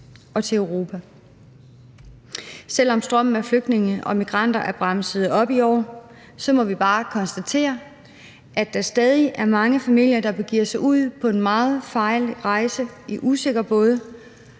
og til Europa. Selv om strømmen af flygtninge og migranter er bremset op i år, må vi bare konstatere, at der stadig er mange familier, der begiver sig ud på en meget farlig rejse i usikre både